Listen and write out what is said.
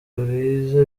mwiza